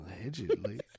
allegedly